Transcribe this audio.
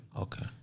Okay